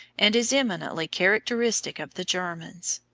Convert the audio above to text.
and is eminently characteristic of the germans.